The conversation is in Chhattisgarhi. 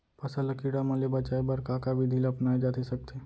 फसल ल कीड़ा मन ले बचाये बर का का विधि ल अपनाये जाथे सकथे?